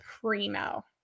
primo